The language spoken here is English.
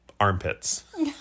armpits